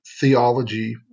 theology